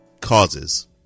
causes